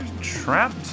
trapped